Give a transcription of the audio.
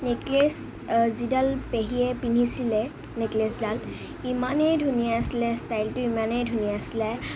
necklace যিডাল পেহীয়ে পিন্ধিছিলে নেকলেছডাল ইমানেই ধুনীয়া আছিলে ষ্টাইলটো ইমানেই ধুনীয়া আছিলে